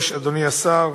היושב-ראש, אדוני השר,